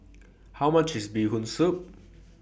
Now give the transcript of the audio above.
How much IS Bee Hoon Soup